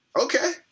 okay